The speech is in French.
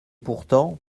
pourtant